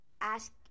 ask